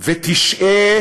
ותשעה